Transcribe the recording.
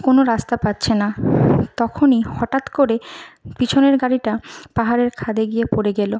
কোনও রাস্তা পাচ্ছে না তখনই হঠাৎ করে পিছনের গাড়িটা পাহাড়ের খাদে গিয়ে পড়ে গেল